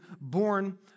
born